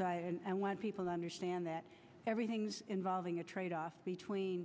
and when people understand that everything's involving a tradeoff between